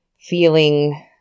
feeling